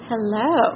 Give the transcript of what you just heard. Hello